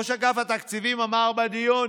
ראש אגף התקציבים אמר בדיון: